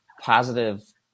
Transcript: positive